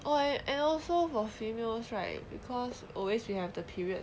!wah! and also for females right because always you know the period